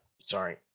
Sorry